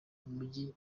mujyi